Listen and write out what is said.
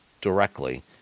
directly